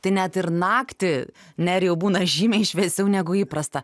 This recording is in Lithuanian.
tai net ir naktį nerijau būna žymiai šviesiau negu įprasta